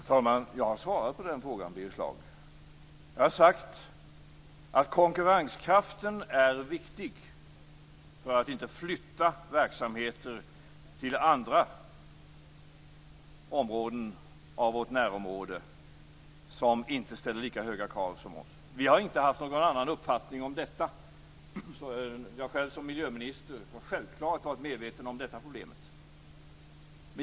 Herr talman! Jag har svarat på den frågan, Birger Schlaug. Jag har sagt att konkurrenskraften är viktig för att verksamheter inte skall flytta till andra delar av vårt närområde där man inte ställer lika höga krav som vi. Vi har inte haft någon annan uppfattning om detta. Jag har som miljöminister självfallet varit medveten om detta problem.